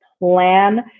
Plan